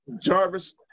Jarvis